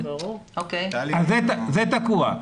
זה תקוע.